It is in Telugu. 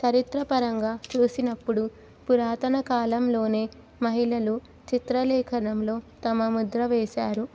చరిత్ర పరంగా పురాతన కాలంలోనే మహిళలు చిత్రలేఖనంలో తమ ముద్ర వేశారు